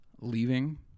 leaving